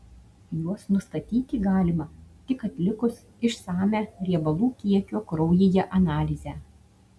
juos nustatyti galima tik atlikus išsamią riebalų kiekio kraujyje analizę